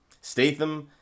Statham